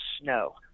snow